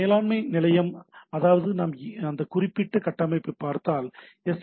மேலாண்மை நிலையம் அதாவது நாம் அந்த குறிப்பிட்ட கட்டமைப்பு பார்த்தால் எஸ்